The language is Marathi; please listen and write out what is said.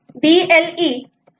BLE 4